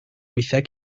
weithiau